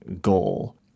goal